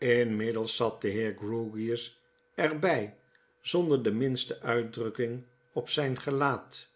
inmiddels zat de heer grewgious er bij zonder de minste uitdrukking op zyn gelaat